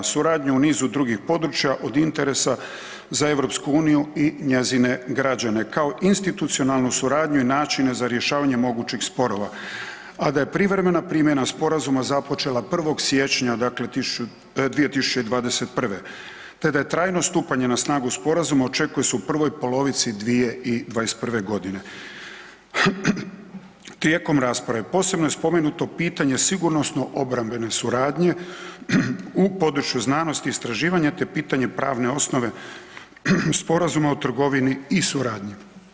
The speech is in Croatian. Suradnju u nizu drugih područja od interesa za EU i njezine građana kao institucionalnu suradnju i načine za rješavanje mogućih sporova, a da je privremena primjena Sporazuma započela 1. siječnja 2021. te da je trajno stupanje na snagu Sporazuma očekuje se u prvoj polovici 2021. g. Tijekom rasprave posebno je spomenuto pitanje sigurnosno-obrambene suradnje u području znanosti i istraživanja te pitanje pravne osnove Sporazuma o trgovini i suradnji.